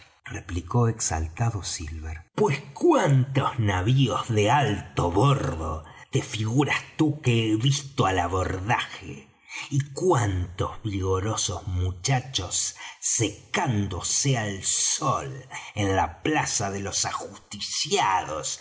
replicó exaltado silver pues cuántos navíos de alto bordo te figuras tú que he visto al abordaje y cuantos vigorosos muchachos secándose al sol en la plaza de los ajusticiados